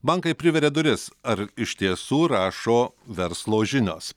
bankai priveria duris ar iš tiesų rašo verslo žinios